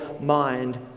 mind